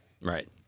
right